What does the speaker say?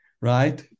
Right